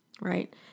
right